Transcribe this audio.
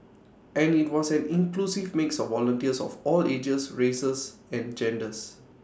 and IT was an inclusive mix of volunteers of all ages races and genders